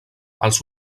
els